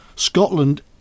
Scotland